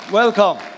welcome